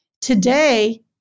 Today